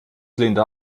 linda